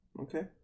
Okay